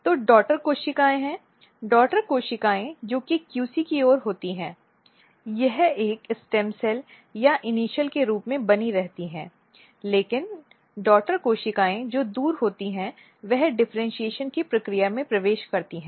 दो डॉटर कोशिकाएंहैं डॉटर कोशिकाएं जो कि QC की ओर होती हैं यह एक स्टेम सेल या प्रारंभिक के रूप में बनी रहती हैं लेकिन डॉटर कोशिकाएं जो दूर होती है वह डिफरेन्शीऐशन की प्रक्रिया में प्रवेश करती है